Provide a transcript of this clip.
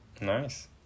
Nice